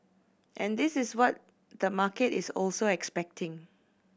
and this is what the market is also expecting